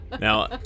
Now